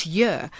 year